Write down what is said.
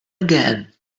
again